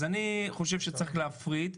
אז אני חושב שצריך להפריד.